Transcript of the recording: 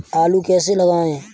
आलू कैसे लगाएँ?